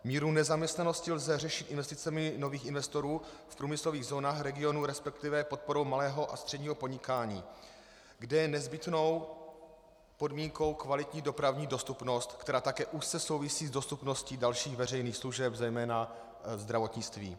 Míru nezaměstnanosti lze řešit investicemi nových investorů v průmyslových zónách regionu, resp. podporou malého a středního podnikání, kde je nezbytnou podmínkou kvalitní dopravní dostupnost, která také úzce souvisí s dostupností dalších veřejných služeb, zejména zdravotnictví.